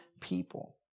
people